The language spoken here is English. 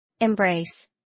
Embrace